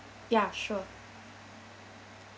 ya sure